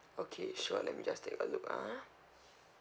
okay sure let me just take a look ah